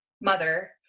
mother